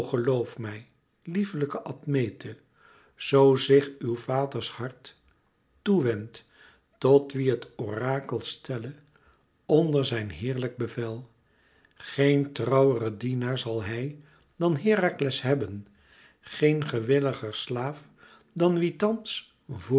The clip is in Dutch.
geloof mij lieflijke admete zoo zich uw vaders hart toe wendt tot wie het orakel stelde onder zijn heerlijk bevel geen trouweren dienaar zal hij dan herakles hebben geen gewilligeren slaaf dan wie thans voor